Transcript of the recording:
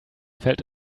felt